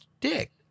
dick